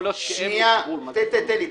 יכול להיות שאין לו גבול --- תן לי,